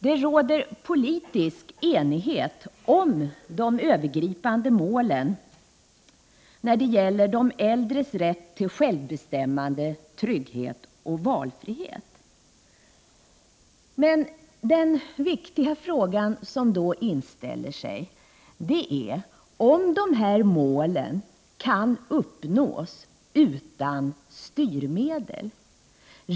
Det råder politisk enighet om de övergripande målen när det gäller de äldres rätt till självbestämmande, trygghet och valfrihet. Men den viktiga fråga som då inställer sig är om dessa mål kan uppnås utan styrmedel.